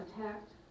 attacked